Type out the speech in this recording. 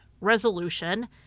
resolution